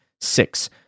Six